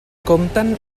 compten